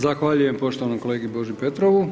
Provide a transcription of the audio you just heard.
Zahvaljujem poštovanom kolegi Boži Petrovu.